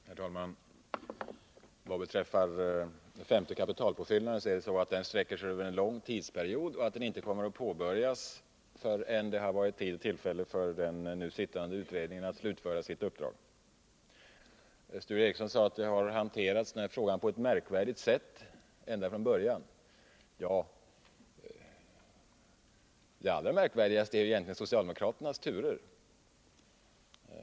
Herr talman! Vad beträffar femte kapitalpåfyllnaden förhåller det sig så att den sträcker sig över en lång tidsperiod och att den inte kommer att påbörjas förrän den nu sittande utredningen har varit i tillfälle att slutföra sitt uppdrag. Sture Ericson sade att denna fråga hanterats på ett märkvärdigt sätt ända från början. Det allra märkvärdigaste är egentligen socialdemokraternas turer.